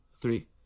three